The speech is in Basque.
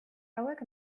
hauek